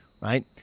right